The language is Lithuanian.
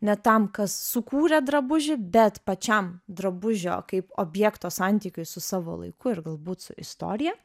ne tam kas sukūrė drabužį bet pačiam drabužio kaip objekto santykiui su savo laiku ir galbūt su istorija